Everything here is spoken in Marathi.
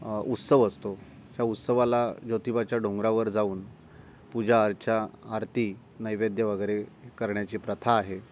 उत्सव असतो त्या उत्सवाला ज्योतिबाच्या डोंगरावर जाऊन पूजा अर्चा आरती नैवेद्य वगैरे करण्याची प्रथा आहे